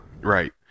Right